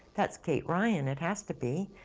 that's kate ryan, it has to be.